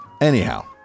Anyhow